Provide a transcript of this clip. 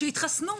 שיתחסנו.